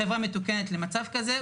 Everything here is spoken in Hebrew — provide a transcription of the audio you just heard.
בחברה מתוקנת למצב כזה,